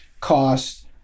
cost